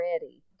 ready